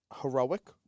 heroic